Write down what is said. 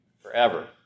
forever